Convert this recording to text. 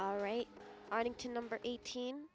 all right arlington number eighteen